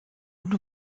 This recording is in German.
und